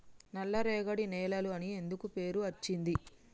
నల్లరేగడి నేలలు అని ఎందుకు పేరు అచ్చింది?